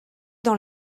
dans